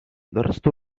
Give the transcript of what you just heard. درست